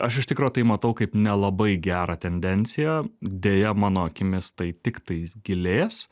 aš iš tikro tai matau kaip nelabai gerą tendenciją deja mano akimis tai tiktais gilės